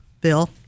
Bill